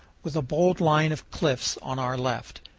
with a bold line of cliffs on our left.